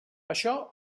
això